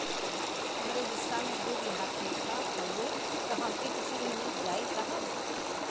हमरे हिस्सा मे दू बिगहा खेत हउए त हमके कृषि ऋण मिल जाई साहब?